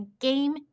game